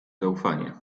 zaufanie